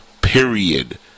Period